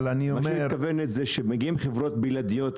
אבל אני אומר --- מה שהיא מתכוונת זה שמגיעים חברות בלעדיות,